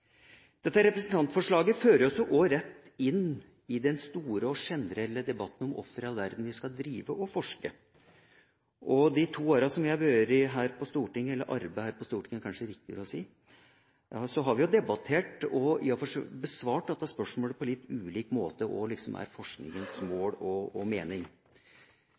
Dette representantforslaget fører oss jo rett inn i den store og generelle debatten om hvorfor i all verden vi skal forske. I de to årene jeg har vært her på Stortinget – eller har arbeidet her på Stortinget, er det kanskje riktigere å si – har vi debattert og besvart dette spørsmålet om hva som er forskningas mål og mening, på litt ulik måte.